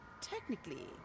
Technically